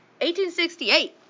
1868